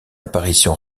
apparition